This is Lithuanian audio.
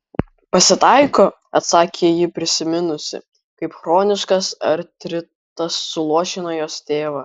pasitaiko atsakė ji prisiminusi kaip chroniškas artritas suluošino jos tėvą